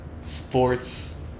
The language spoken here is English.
sports